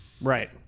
Right